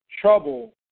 trouble